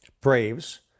Braves